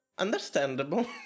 Understandable